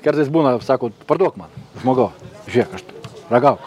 kartais būna sako parduok man žmogau žiūrėk aš ragauk